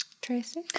Tracy